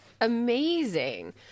amazing